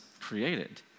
created